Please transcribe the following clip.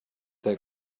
that